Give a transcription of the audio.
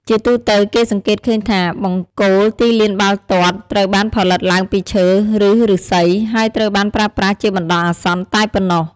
ជាទូទៅ គេសង្កេតឃើញថា បង្គោលទីលានបាល់ទាត់ត្រូវបានផលិតឡើងពីឈើ ឬឫស្សី ហើយត្រូវបានប្រើប្រាស់ជាបណ្ដោះអាសន្នតែប៉ុណ្ណោះ។